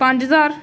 ਪੰਜ ਹਜ਼ਾਰ